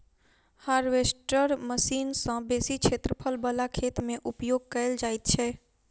harvester machine सॅ बेसी क्षेत्रफल बला खेत मे उपयोग कयल जाइत छै